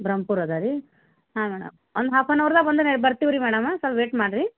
ಬ್ರಹ್ಮಪುರ ಇದೇರಿ ಹಾಂ ಮೇಡಮ್ ಒಂದು ಹಾಫ್ ಎನ್ ಅವರ್ದಾಗೆ ಬಂದೀನಿ ಬರ್ತೀವಿ ರೀ ಮೇಡಮ ಸ್ವಲ್ಪ ವೇಟ್ ಮಾಡಿರಿ